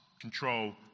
control